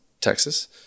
Texas